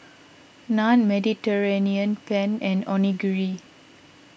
Naan Mediterranean Penne and Onigiri